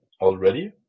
already